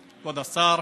כבוד השר,